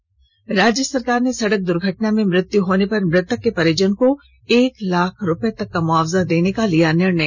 के राज्य सरकार ने सड़क दुर्घटना में मृत्यु होने पर मृतक के परिजन को एक लाख रूपये मुआवजा देने का लिया फैसला